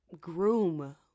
groom